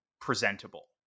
presentable